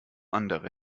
andere